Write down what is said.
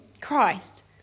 Christ